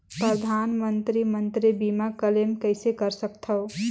परधानमंतरी मंतरी बीमा क्लेम कइसे कर सकथव?